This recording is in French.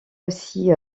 aussi